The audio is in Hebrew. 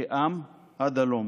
כעם עד הלום,